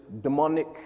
demonic